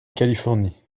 californie